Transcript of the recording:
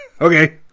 Okay